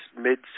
mid